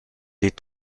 est